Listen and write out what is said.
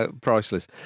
priceless